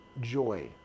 joy